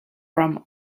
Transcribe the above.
from